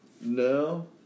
No